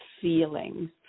feelings